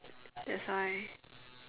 that's why